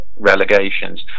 relegations